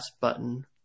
button